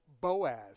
Boaz